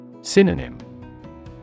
Synonym